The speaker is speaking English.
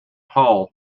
hall